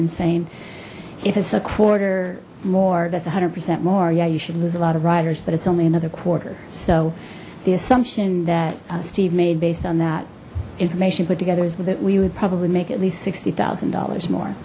insane if it's a quarter more that's a hundred percent more yeah you should lose a lot of riders but it's only another quarter so the assumption that steve made based on that information put together is with it we would probably make at least sixty thousand dollars more